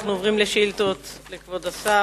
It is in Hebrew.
אנחנו עוברים לשאילתות לכבוד השר.